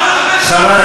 אין לך